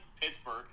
Pittsburgh